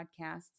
podcasts